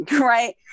right